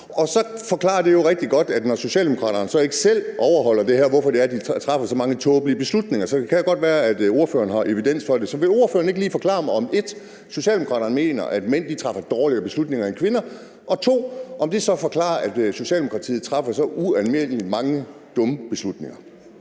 Det forklarer jo rigtig godt, at når Socialdemokraterne ikke selv overholder det her, hvorfor det er, de træffer så mange tåbelige beslutninger. Så det kan jo godt være, at ordføreren har evidens for det. Så vil ordføreren ikke lige forklare mig, 1) om Socialdemokraterne mener, at mænd træffer dårligere beslutninger end kvinder, og 2) om det så forklarer, at Socialdemokratiet træffer så ualmindelig mange dumme beslutninger?